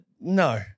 no